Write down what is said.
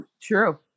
True